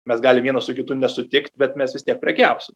mes galim vienas su kitu nesutikt bet mes vis tiek prekiausim